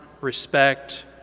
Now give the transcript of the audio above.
respect